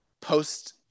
post